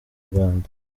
rwanda